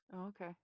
okay